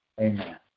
amen